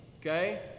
okay